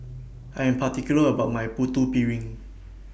I Am particular about My Putu Piring